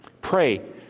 pray